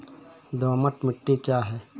दोमट मिट्टी क्या है?